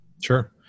Sure